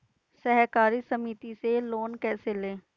सहकारी समिति से लोन कैसे लें?